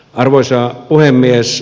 arvoisa puhemies